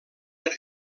per